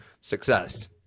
success